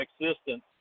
existence